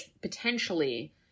potentially